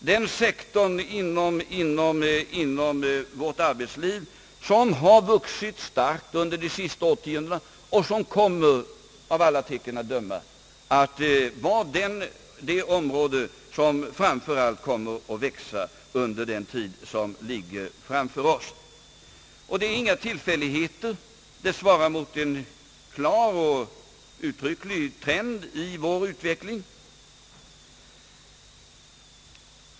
Det är sektorer inom vårt arbetsliv som har vuxit starkt under de senaste årtiondena och som, av alla tecken att döma, kommer att växa under den tid som ligger framför oss. Det är inga tillfälligheter. Det svarar mot en klar och uttrycklig trend i vår utveckling.